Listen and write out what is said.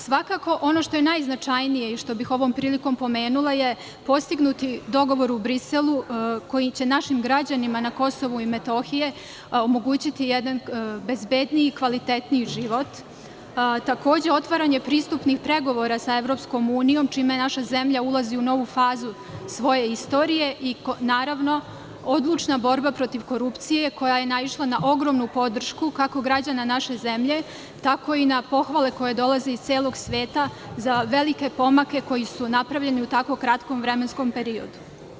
Svakako, ono što je najznačajnije i što bih ovom prilikom pomenula je postignuti dogovor u Briselu, koji će našim građanima na Kosovu i Metohiji omogućiti jedan bezbedniji i kvalitetniji život, takođe otvaranje pristupnih pregovora sa EU čime naša zemlja ulazi u novu fazu svoje istorije i, naravno, odlučna borba protiv korupcije koja je naišla na ogromnu podršku, kako građana naše zemlje, tako i na pohvale koje dolaze iz celog sveta za velike pomake koje su napravljeni u tako kratkom vremenskom periodu.